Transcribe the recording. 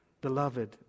Beloved